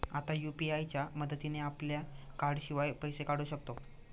आता यु.पी.आय च्या मदतीने आपल्या कार्डाशिवाय पैसे काढू शकतो